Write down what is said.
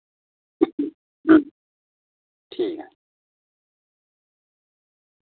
ठीक ऐ